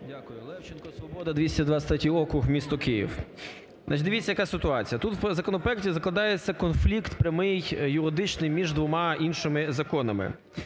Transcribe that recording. Дякую. Левченко, "Свобода", 223 округ, місто Київ. Значить, дивіться, яка ситуація. Тут в законопроекті закладається конфлікт прямий юридичний між двома іншими законами.